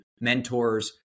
mentors